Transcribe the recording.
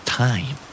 time